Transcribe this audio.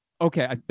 Okay